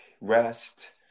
rest